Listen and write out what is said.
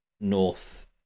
North